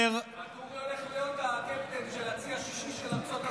ואטורי הולך להיות הקפטן של הצי השישי של ארצות הברית.